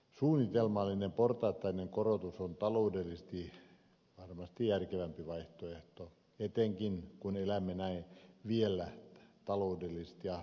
suunnitelmallinen portaittainen korotus on taloudellisesti varmasti järkevämpi vaihtoehto etenkin kun elämme vielä näin taloudellisesti ahtaita aikoja